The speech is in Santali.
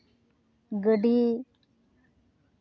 ᱜᱟᱹᱰᱤ